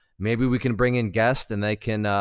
maybe we can bring in guests and they can,